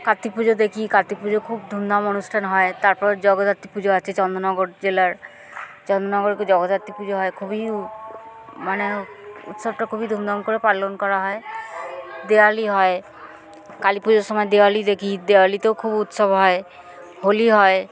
কার্তিক পুজো দেখি কার্তিক পুজো খুব ধুমধাম অনুষ্ঠান হয় তারপর জগদ্ধাত্রী পুজো আছে চন্দননগর জেলার চন্দননগরে জগদ্ধাত্রী পুজো হয় খুবই মানে উৎসবটা খুবই ধুমধাম করে পালন করা হয় দিওয়ালি হয় কালী পুজোর সময় দিওয়ালি দেখি দিওয়ালিতেও খুব উৎসব হয় হোলি হয়